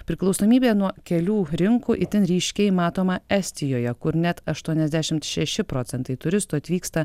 priklausomybė nuo kelių rinkų itin ryškiai matoma estijoje kur net aštuoniasdešimt šeši procentai turistų atvyksta